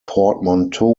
portmanteau